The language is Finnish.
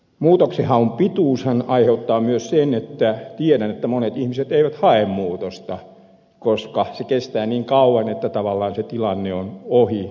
muutoksenhaun pituushan aiheuttaa myös sen että tiedän että monet ihmiset eivät hae muutosta koska se kestää niin kauan että tavallaan se tilanne on ohi